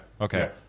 Okay